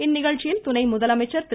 இந்நிகழ்ச்சியில் துணை முதலமைச்சர் திரு